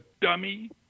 dummy